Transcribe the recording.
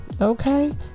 okay